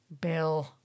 Bill